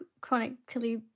chronically